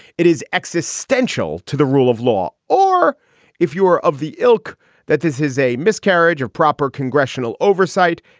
it is existential to the rule of law. or if you are of the ilk that this is a miscarriage of proper congressional oversight,